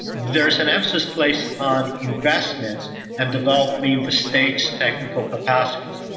there's an emphasis placed upon investments and developing the state's technical capacities.